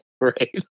Right